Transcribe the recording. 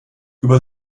über